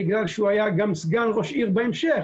בגלל שהוא גם היה סגן ראש בעיר בהמשך,